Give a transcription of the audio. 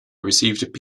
received